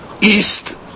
east